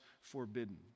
forbidden